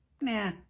nah